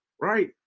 right